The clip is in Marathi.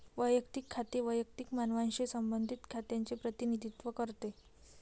वैयक्तिक खाते वैयक्तिक मानवांशी संबंधित खात्यांचे प्रतिनिधित्व करते